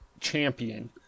champion